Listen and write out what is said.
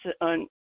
on